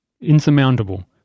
insurmountable